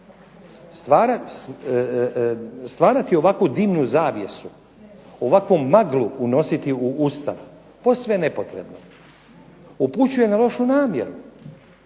Stvarati ovakvu dimnu zavjesu, ovakvu maglu unositi u Ustav posve je nepotrebno. Upućuje na lošu namjeru.